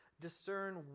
discern